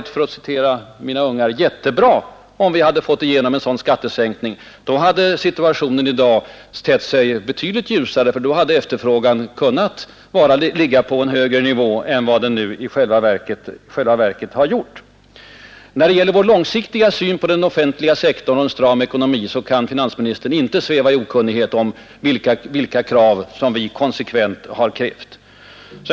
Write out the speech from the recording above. För att citera mina ungar hade det varit ”jättebra” om vi hade fått igenom en sådan skattesänkning; då hade situationen i dag tett sig betydligt ljusare, då hade efterfrågan legat på en högre nivå än den vi nu har. När det gäller vår långsiktiga syn på den offentliga sektorn och på behovet av en stram ekonomi kan finansministern inte sväva i okunnighet om vilka krav vi konsekvent har rest.